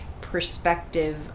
perspective